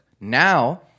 Now